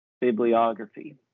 bibliography